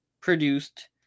produced